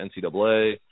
NCAA